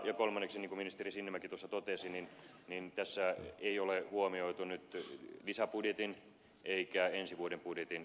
kolmanneksi niin kuin ministeri sinnemäki totesi tässä ei ole huomioitu lisäbudjetin eikä ensi vuoden budjetin